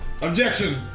Objection